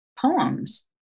poems